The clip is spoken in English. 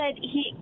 he-